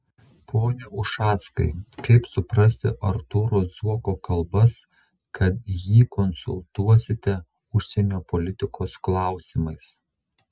pone ušackai kaip suprasti artūro zuoko kalbas kad jį konsultuosite užsienio politikos klausimais